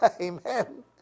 Amen